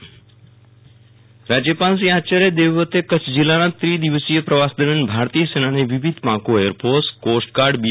વિરલ રાણા રાજ્યપાલ સૈનિકો સૌથે મુલાકાત રાજ્યપાલશ્રીઆચાર્ય દેવવ્રતએ કચ્છ જિલ્લાના ત્રિદિવસીય પ્રવાસ દરમ્યાન ભારતીય સેનાની વિવિધપાંખો એરફોર્સ કોસ્ટગાર્ડ બી